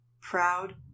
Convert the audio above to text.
proud